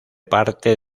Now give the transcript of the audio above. parte